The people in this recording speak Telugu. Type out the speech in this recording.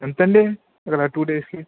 ఎంతండి ఇలా టూ డేస్కి